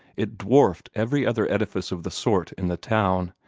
it dwarfed every other edifice of the sort in the town,